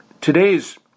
Today's